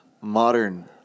modern